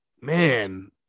man